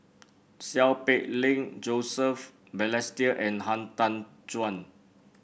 Seow Peck Leng Joseph Balestier and Han Tan Juan